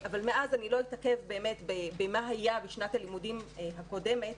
אני לא אתעכב על מה שהיה בשנת הלימודים הקודמת